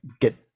get